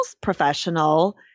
professional